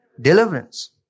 deliverance